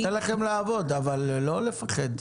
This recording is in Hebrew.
ניתן לכם לעבוד אבל לא לפחד.